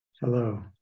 Hello